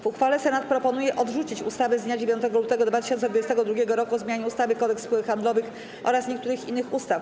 W uchwale Senat proponuje odrzucić ustawę z dnia 9 lutego 2022 r. o zmianie ustawy - Kodeks spółek handlowych oraz niektórych innych ustaw.